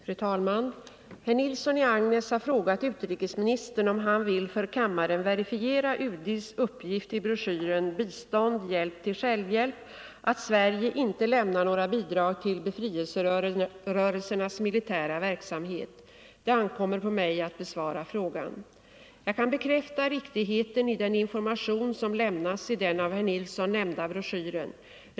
Fru talman! Herr Nilsson i Agnäs har frågat utrikesministern om han vill för kammaren verifiera UD:s uppgift i broschyren Bistånd — hjälp till självhjälp att ”Sverige inte lämnar några bidrag till befrielserörelsernas militära verksamhet”. Det ankommer på mig att besvara frågan. Jag kan bekräfta riktigheten i den information som lämnas i den av herr Nilsson nämnda broschyren.